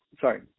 Sorry